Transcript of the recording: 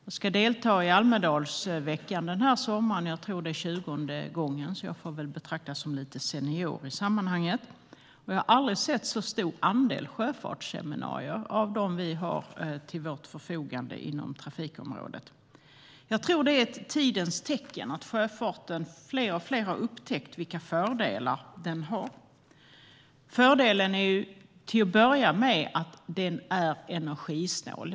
Jag ska delta i Alme-dalsveckan i sommar. Jag tror att det är 20:e gången, så jag får väl betraktas som en senior i sammanhanget. Jag har aldrig sett så stor andel sjöfartsseminarier inom trafikområdet. Det är nog ett tidens tecken att fler och fler har upptäckt vilka fördelar som sjöfarten har. Till att börja med är den energisnål.